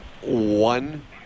one